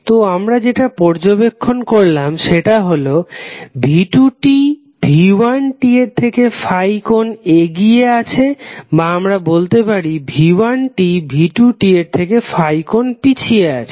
তো আমরা যেটা পর্যবেক্ষণ করলাম সেটা হলো v2t v1t এর থেকে ∅ কোণ এগিয়ে আছে বা আমরা বলতে পারি v1t v2t এর থেকে ∅ কোণ পিছিয়ে আছে